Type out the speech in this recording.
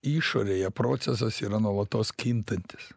išorėje procesas yra nuolatos kintantis